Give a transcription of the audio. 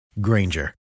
Granger